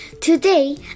Today